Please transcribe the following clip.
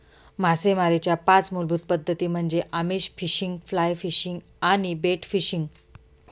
मासेमारीच्या पाच मूलभूत पद्धती म्हणजे आमिष फिशिंग, फ्लाय फिशिंग आणि बेट फिशिंग